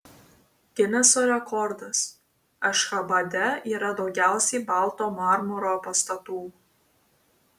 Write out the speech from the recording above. gineso rekordas ašchabade yra daugiausiai balto marmuro pastatų